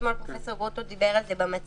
אתמול פרופ' גרוטו דיבר על זה במצגת,